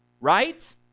right